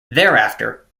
thereafter